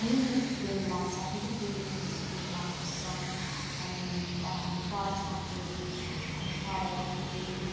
फेरि बेल लाग्छ फेरि टिफिन स्कुलमा पस्छौँ त्यहाँदेखि त्यहाँबाट हामी पढ्छौँ फेरि अनि पढेर फेरि